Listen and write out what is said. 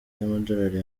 z’amadolari